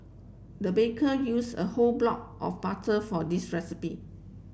the baker use a whole block of butter for this recipe